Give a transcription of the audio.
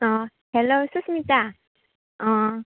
अ हेल' सुसमिथा अ